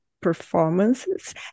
performances